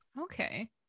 Okay